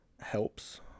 helps